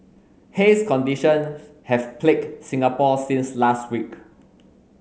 haze condition have plagued Singapore since last week